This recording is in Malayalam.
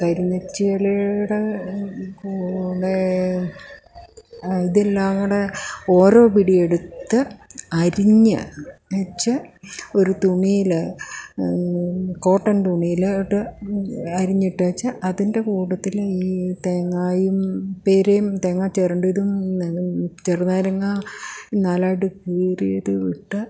കരിന്നെച്ചി ഈലയുടെ കൂടെ ഇതെല്ലാം കൂടെ ഓരോ പിടി എടുത്ത് അരിഞ്ഞു വച്ചു ഒരു തുണിയിൽ കോട്ടൺ തുണിയിലോട്ട് അരിഞ്ഞിട്ട് വച്ചു അതിൻ്റെ കൂട്ടത്തിൽ ഈ തേങ്ങയും പീരയും തേങ്ങാ ചുരണ്ടിയതും ചെറുനാരങ്ങ നാലായിട്ട് കീറിയതും ഇട്ട്